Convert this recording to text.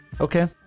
Okay